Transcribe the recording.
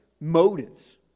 motives